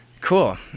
Cool